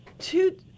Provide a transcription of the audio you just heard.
Two